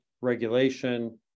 regulation